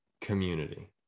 community